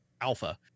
alpha